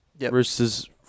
Roosters